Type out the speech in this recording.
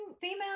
female